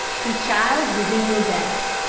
the child was in your bed.